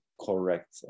correct